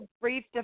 brief